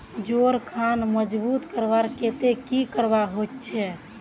जोड़ खान मजबूत करवार केते की करवा होचए?